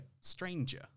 stranger